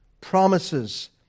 promises